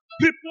people